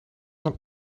een